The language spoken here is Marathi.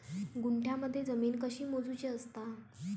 गुंठयामध्ये जमीन कशी मोजूची असता?